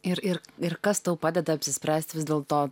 ir ir ir kas tau padeda apsispręst vis dėlto